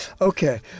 Okay